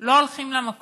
לא הולכים למכולת,